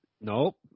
Nope